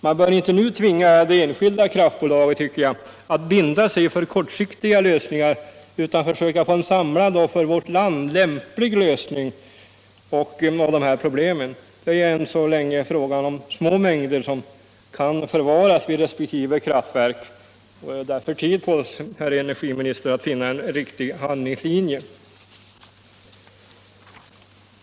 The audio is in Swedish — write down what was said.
Man bör inte nu tvinga det enskilda kraftbolaget att binda sig för kortsiktiga lösningar, utan man måste försöka få en samlad och för vårt land lämplig lösning av problemen. Det är ju än så länge fråga om små mängder, som kan förvaras vid resp. kraftverk. Vi har därför tid på oss, herr energiministern, att finna en riktig handlingslinje.